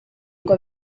ngo